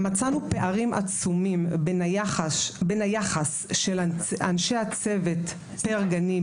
מצאנו פערים עצומים ביחס של אנשי צוות פר גנים.